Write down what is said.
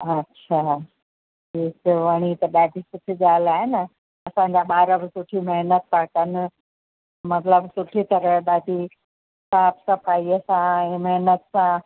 अच्छा हे हिते वणी त ॾाढी सुठी ॻाल्हि आहे न असांजा ॿार बि सुठी महिनत था कनि मतिलब सुठी तरह ॾाढी साफ़ सफ़ाईअ सां ऐं महिनत सां